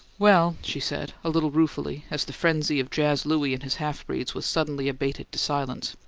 well, she said, a little ruefully, as the frenzy of jazz louie and his half-breeds was suddenly abated to silence,